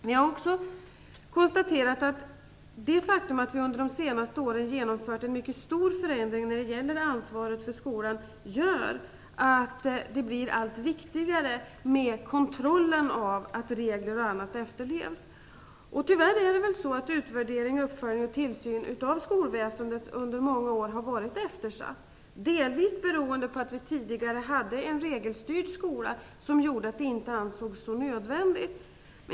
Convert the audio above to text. Jag har också konstaterat att det faktum att vi under de senaste åren har genomfört en mycket stor förändring när det gäller ansvaret för skolan gör att det blir allt viktigare med kontrollen av att regler och annat efterlevs. Tyvärr har utvärderingen, uppföljningen och tillsynen av skolväsendet under många år varit eftersatt. Det beror delvis på att vi tidigare hade en regelstyrd skola som gjorde att detta inte ansågs vara så nödvändigt.